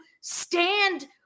stand